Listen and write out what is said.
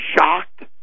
shocked